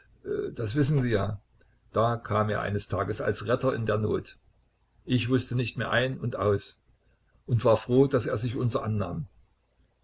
das wissen sie ja da kam er eines tages als retter in der not ich wußte nicht mehr ein und aus und war froh daß er sich unser annahm